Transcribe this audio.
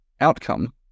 outcome